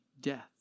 death